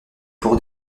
pour